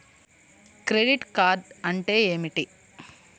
Credit card అంటే ఏమిటి?